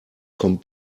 kommt